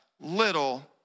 little